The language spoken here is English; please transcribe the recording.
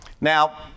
Now